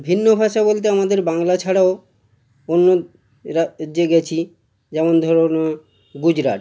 ভিন্ন ভাষা বলতে আমাদের বাংলা ছাড়াও অন্য রাজ্যে গেছি যেমন ধরুন গুজরাট